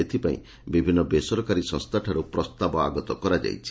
ଏଥପାଇଁ ବିଭିନ୍ନ ବେସରକାରୀ ସଂସ୍ଥାଠାରୁ ପ୍ରସ୍ତାବ ଆଗତ କରାଯାଇଛି